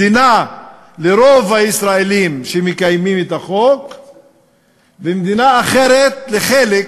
מדינה לרוב הישראלים שמקיימים את החוק ומדינה אחרת לחלק